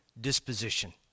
disposition